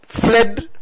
fled